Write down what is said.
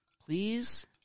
please